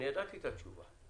אני ידעתי את התשובה.